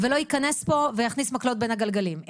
ולא ייכנס פה ויכניס מקלות בין הגלגלים,